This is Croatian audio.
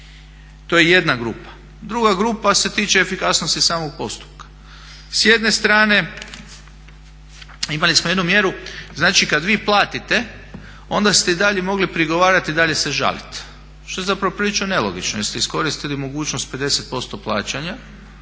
To je jedna grupa. Druga grupa se tiče efikasnosti samog postupka. S jedne strane imali smo jednu mjeru, znači kada vi platite onda ste i dalje mogli prigovarati i dalje se žaliti što je prilično nelogično jer ste iskoristili mogućnost 50% plaćanja,